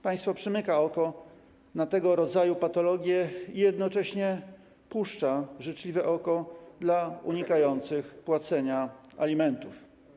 Państwo przymyka oko na tego rodzaju patologie i jednocześnie puszcza życzliwie oko do unikających płacenia alimentów.